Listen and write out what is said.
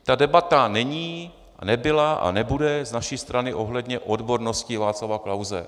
Ta debata není, nebyla a nebude z naší strany ohledně odbornosti Václava Klause.